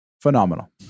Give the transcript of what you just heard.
Phenomenal